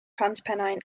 transpennine